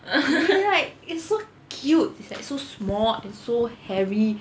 as in like it's so cute is like so small and so hairy